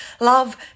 love